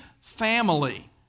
family